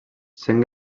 sent